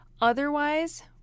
otherwise